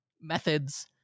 methods